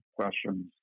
questions